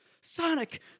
Sonic